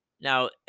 Now